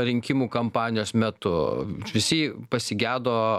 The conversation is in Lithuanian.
rinkimų kampanijos metu visi pasigedo